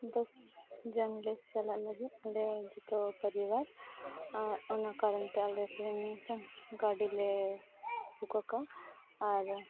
ᱫᱚᱥ ᱡᱚᱱ ᱞᱮ ᱪᱟᱞᱟᱜ ᱞᱟᱹᱜᱤᱫ ᱟᱞᱮ ᱡᱚᱛᱚ ᱯᱚᱨᱤᱵᱟᱨ ᱟᱨ ᱚᱱᱟ ᱠᱟᱨᱚᱱᱛᱮ ᱟᱞᱮ ᱛᱮᱦᱮᱧ ᱢᱤᱫᱴᱟᱹᱝ ᱜᱟᱹᱰᱤ ᱞᱮ ᱟᱠᱟᱫᱼᱟ ᱟᱨ